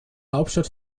hauptstadt